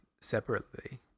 separately